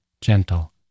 gentle